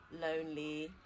lonely